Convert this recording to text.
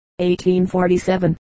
1847